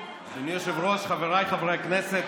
אדוני היושב-ראש, חבריי חברי הכנסת,